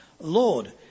Lord